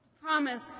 Promise